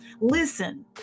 listen